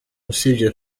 usibye